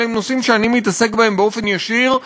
אלה הם נושאים שאני מתעסק בהם באופן ישיר,